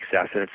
success